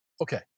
Okay